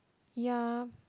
ya